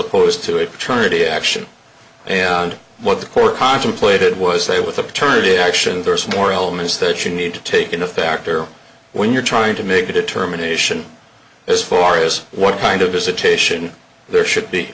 opposed to it tried to action and what the court contemplated was say with a paternity action there's more elements that you need to take in a factor when you're trying to make a determination as far as what kind of visitation there should be